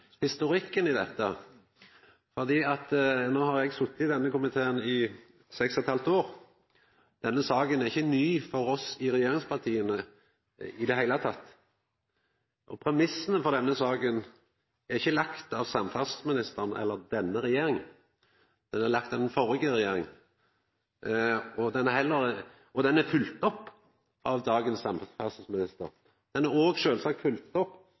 eg sete i denne komiteen i seks og eit halvt år. Denne saka er ikkje ny for oss i regjeringspartia i det heile. Premissane for denne saka er ikkje lagde av samferdselsministeren eller denne regjeringa, dei er lagde av den førre regjeringa, og saka er følgd opp av dagens samferdselsminister. Ho er òg sjølvsagt følgd opp av vår nye jernbanedirektør, i tråd med dei vedtaka som Stortinget og